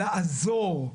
לעזור.